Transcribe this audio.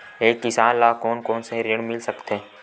एक किसान ल कोन कोन से ऋण मिल सकथे?